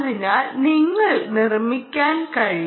അതിനാൽ നിങ്ങൾക്കിത് നിർമ്മിക്കാൻ കഴിയും